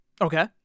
Okay